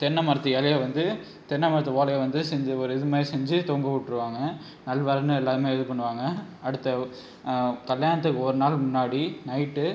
தென்னை மரத்து இலைய வந்து தென்னை மரத்து ஓலையை வந்து செஞ்சு ஒரு இதுமாதிரி செஞ்சு தொங்க விட்ருவாங்க நல்வரன எல்லாமே இது பண்ணுவாங்க அடுத்து உ கல்யாணத்துக்கு ஒரு நாள் முன்னாடி நைட்